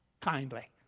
kindly